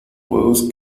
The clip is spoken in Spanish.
juegos